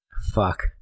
Fuck